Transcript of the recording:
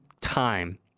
time